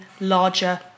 larger